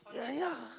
uh yeah